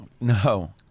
No